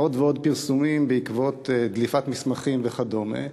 עוד ועוד פרסומים בעקבות דליפת מסכמים וכדומה.